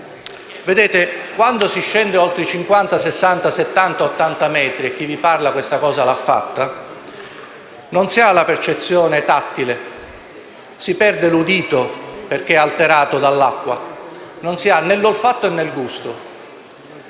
quando si scende oltre i 50, 60, 70, 80 metri - e chi vi parla questa cosa l'ha fatta - non si ha la percezione tattile, si perde l'udito, perché alterato dall'acqua, e non sia ha né l'olfatto, né il gusto.